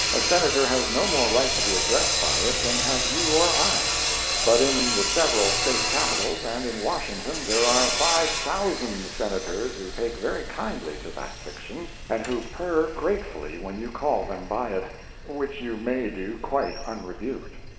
a senator has no more right to be addressed by it than have you or i but, in the several state capitals and in washington, there are five thousand senators who take very kindly to that fiction, and who purr gratefully when you call them by it which you may do quite unrebuked.